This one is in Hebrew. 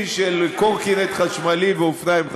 של קורקינט חשמלי ואופניים חשמליים.